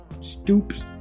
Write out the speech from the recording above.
stoops